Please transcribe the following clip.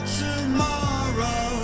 tomorrow